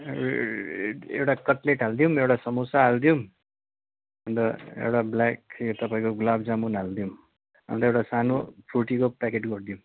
ए एउटा कटलेट हालिदिउँ एउटा समोसा हालिदिउँ अन्त एउटा ब्ल्याक तपाईँको गुलाब जामुन हालिदिउँ अन्त एउटा सानो फ्रुटीको प्याकेट गरिदिउँ